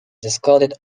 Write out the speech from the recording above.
discarded